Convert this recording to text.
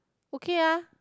okay ah